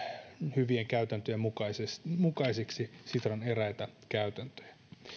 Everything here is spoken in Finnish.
hyvien käytäntöjen mukaisiksi sitran eräitä käytäntöjä